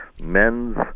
Men's